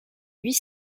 huit